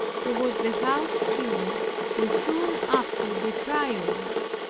who was the house-steward and soon after the prioress.